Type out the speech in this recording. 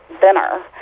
dinner